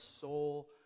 soul